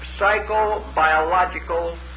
psychobiological